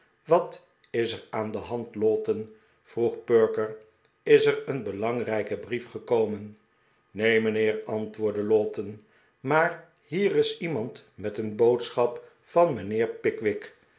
wat is er aan de hand lowten vroeg perker is er een belangrijke brief gekomen neen mijnheer antwoordde lowten maar hier is iemand met een boodschap van mijnheer pickwick